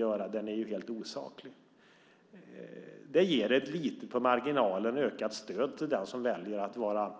Detta bidrag ger ett lite ökat stöd på marginalen till den som väljer att vara